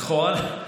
נכון.